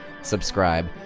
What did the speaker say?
subscribe